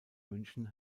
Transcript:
münchen